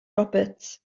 roberts